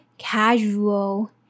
Casual